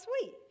sweet